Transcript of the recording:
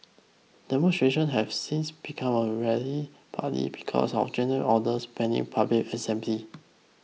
demonstration have since become a rarity partly because of junta orders banning public assembly